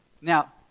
Now